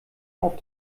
auf